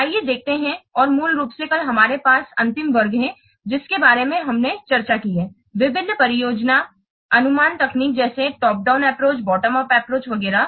आइए देखते हैं और मूल रूप से कल हमारे पास अंतिम वर्ग है जिसके बारे में हमने चर्चा की है विभिन्न परियोजना अनुमान तकनीक जैसे top down approach bottom up approach वगैरह